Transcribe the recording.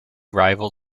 rival